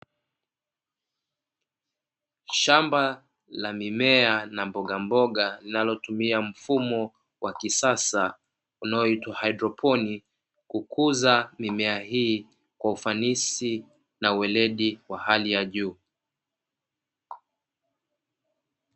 Shamba la mimea na mboga mboga linalotumia mfumo wa kisasa unaoitwa haidroponi, kukuza mimea hii kwa ufanisi na weledi wa hali ya juu.